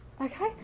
okay